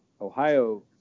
Ohio